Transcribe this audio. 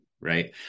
right